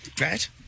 right